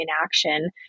inaction